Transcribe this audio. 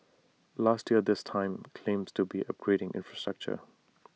last year this time claims to be upgrading infrastructure